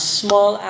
small